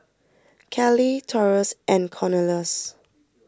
Cali Taurus and Cornelious